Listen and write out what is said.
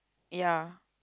ya